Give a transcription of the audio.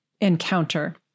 encounter